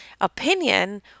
opinion